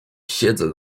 siedzę